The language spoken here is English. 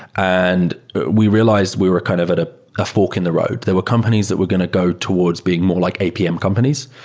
and we realized we were kind of at a fork in the road. there were companies that were going to go towards being more like apm companies,